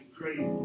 crazy